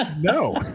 No